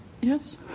Yes